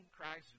Christ